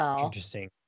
Interesting